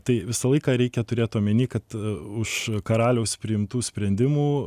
tai visą laiką reikia turėt omeny kad už karaliaus priimtų sprendimų